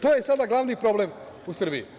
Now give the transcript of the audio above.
To je sada glavni problem u Srbiji.